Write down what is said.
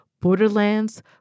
Borderlands